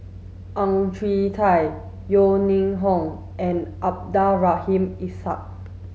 Ang Chwee Chai Yeo Ning Hong and Abdul Rahim Ishak